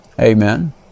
Amen